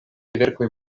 verkoj